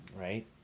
right